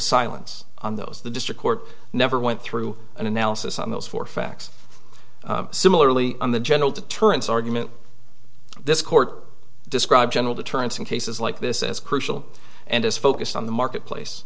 silence on those the district court never went through an analysis on those four facts similarly on the general deterrence argument this court described general deterrence in cases like this is crucial and is focused on the marketplace